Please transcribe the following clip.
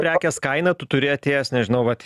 prekės kainą tu turi atėjęs nežinau vat